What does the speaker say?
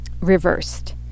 reversed